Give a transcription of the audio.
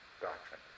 doctrine